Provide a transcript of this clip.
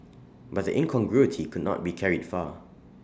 but the incongruity could not be carried far